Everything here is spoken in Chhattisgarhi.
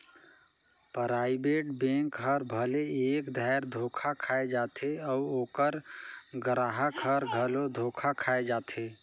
पराइबेट बेंक हर भले एक धाएर धोखा खाए जाथे अउ ओकर गराहक हर घलो धोखा खाए जाथे